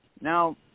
Now